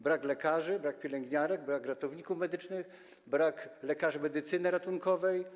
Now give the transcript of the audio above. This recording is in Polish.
Brak jest lekarzy, brak pielęgniarek, brak ratowników medycznych, brak lekarzy medycyny ratunkowej.